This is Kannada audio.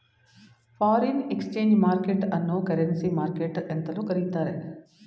ಫಾರಿನ್ ಎಕ್ಸ್ಚೇಂಜ್ ಮಾರ್ಕೆಟ್ ಅನ್ನೋ ಕರೆನ್ಸಿ ಮಾರ್ಕೆಟ್ ಎಂತಲೂ ಕರಿತ್ತಾರೆ